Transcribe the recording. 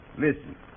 Listen